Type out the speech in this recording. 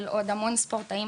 שאנחנו צריכים לנסות להשקיע,